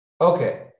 Okay